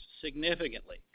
significantly